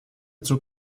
zug